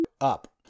up